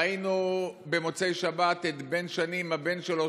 ראינו במוצאי שבת את בן שני עם הבן שלו,